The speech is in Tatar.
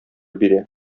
бирә